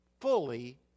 fully